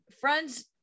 Friends